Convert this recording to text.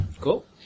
Cool